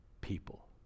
people